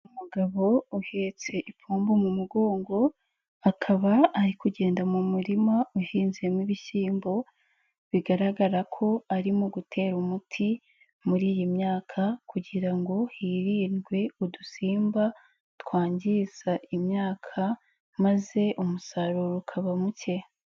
Umugabo uhetse ipombo mu mugongo akaba ari kugenda mu murima uhinzemo ibishyimbo bigaragara ko arimo gutera umuti muri iyi myaka kugira ngo hirindwe udusimba twangiza imyaka maze umusaruro ukaba muke.